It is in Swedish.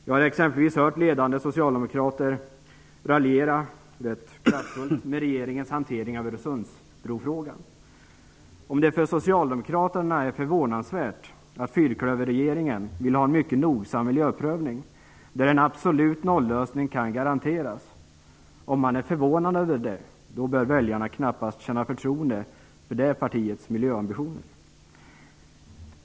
Jag har exempelvis hört ledande socialdemokrater raljera ganska kraftigt med regeringens hantering av Socialdemokraterna är förvånansvärt att fyrklöverregeringen vill ha en mycket nogsam miljöprövning, där en absolut nollösning kan garanteras, bör väljarna knappast känna förtroende för det partiets miljöambitioner.